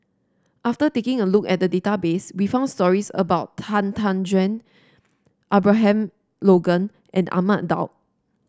after taking a look at the database we found stories about Han Tan Juan Abraham Logan and Ahmad Daud